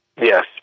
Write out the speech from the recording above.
Yes